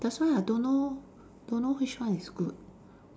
that's why I don't know don't know which one is good